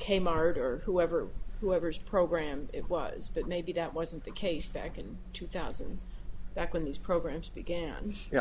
kmart or whoever whoever is programmed implies that maybe that wasn't the case back in two thousand back when these programs began you know